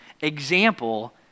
example